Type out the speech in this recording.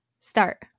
start